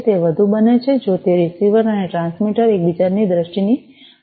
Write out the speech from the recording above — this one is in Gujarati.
તે વધુ બને છે જો તે રીસીવર અને ટ્રાન્સમીટર એકબીજાની દૃષ્ટિની રેખામાં હોય